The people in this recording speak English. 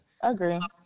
Agree